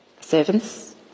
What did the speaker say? Servants